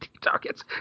targets